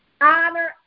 honor